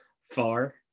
far